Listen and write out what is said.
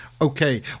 Okay